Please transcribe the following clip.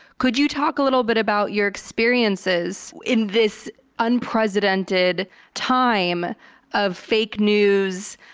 could you talk a little bit about your experiences in this unprecedented time of fake news,